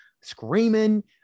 screaming